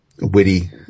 witty